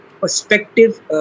perspective